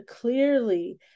clearly